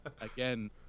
again